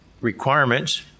requirements